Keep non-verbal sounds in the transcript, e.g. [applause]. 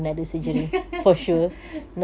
[laughs]